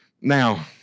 Now